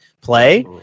play